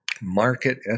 market